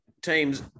teams